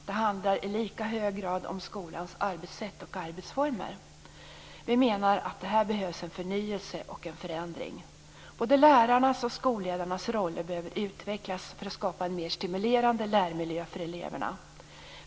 Det handlar i lika hög grad om skolans arbetssätt och arbetsformer. Vi menar att det här behövs en förnyelse och en förändring. Både lärarnas och skolledarnas roller behöver utvecklas för att skapa en mer stimulerande lärmiljö för eleverna.